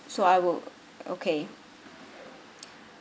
so I will okay